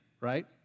right